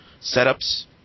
setups